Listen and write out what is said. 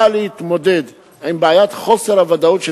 באה להתמודד עם בעיית חוסר הוודאות של